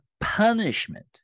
punishment